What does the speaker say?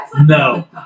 No